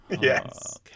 Yes